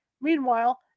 Meanwhile